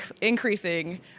increasing